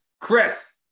Chris